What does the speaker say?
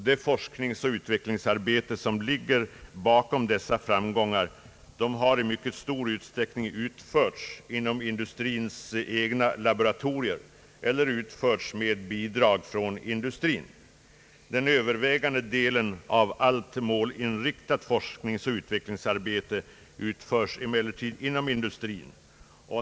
Det forskningsoch utvecklingsarbete, som ligger bakom detta, har i stor utsträckning utförts inom industrins egna laboratorier eller med bidrag från industrin. Den övervägande delen av allt målinriktat forskningsoch utvecklingsarbete utförs inom industrin.